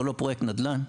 אנחנו לא פרויקט נדל"ן.